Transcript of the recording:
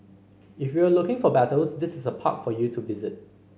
if you're looking for battles this is the park for you to visit